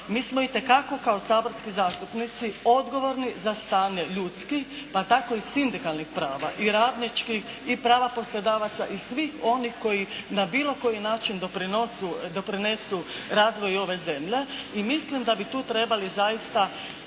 Mi smo itekako kao saborski zastupnici odgovorni za stanje ljudskih pa tako i sindikalnih prava i radničkih i prava poslodavaca i svih onih koji na bilo koji način doprinose, doprinesu razvoju ove zemlje i mislim da bi tu trebali zaista